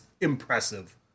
impressive